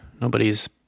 nobody's